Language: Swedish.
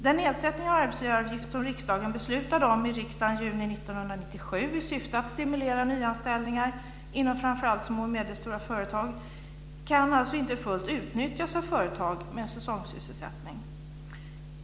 Den nedsättning av arbetsgivaravgift som riksdagen beslutade om i riksdagen i juni 1997 i syfte att stimulera nyanställningar inom framför allt små och medelstora företag kan alltså inte fullt ut utnyttjas av företag med säsongssysselsättning.